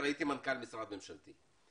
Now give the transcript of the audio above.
הייתי מנכ"ל משרד ממשלתי,